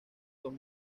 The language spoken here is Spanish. son